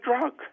drug